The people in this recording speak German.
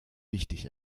wichtig